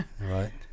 right